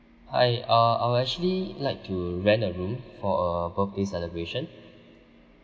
hi uh I will actually like to rent a room for a birthday celebration